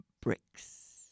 bricks